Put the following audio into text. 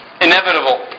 inevitable